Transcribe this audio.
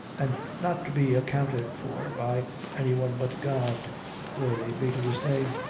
an' not to be accounted for by any one but god glory be to his name!